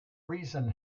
reason